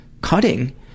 cutting